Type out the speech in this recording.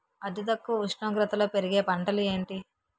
అతి తక్కువ ఉష్ణోగ్రతలో పెరిగే పంటలు ఏంటి?